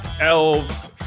elves